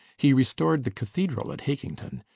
he restored the cathedral at hakington.